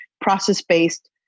process-based